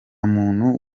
muntu